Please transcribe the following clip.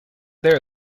there